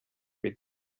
with